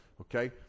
Okay